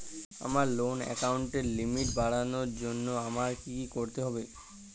আমার লোন অ্যাকাউন্টের লিমিট বাড়ানোর জন্য আমায় কী কী করতে হবে?